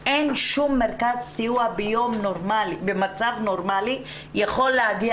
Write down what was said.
אין שום מרכז סיוע במצב נורמלי שיכול להגיע